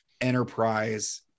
enterprise